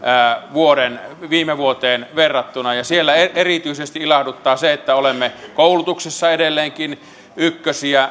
viime vuoteen verrattuna ja erityisesti ilahduttaa se että olemme koulutuksessa edelleenkin ykkösiä